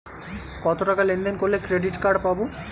কতটাকা লেনদেন করলে ক্রেডিট কার্ড পাব?